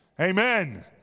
Amen